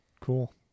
cool